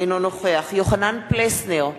אינו נוכח יוחנן פלסנר,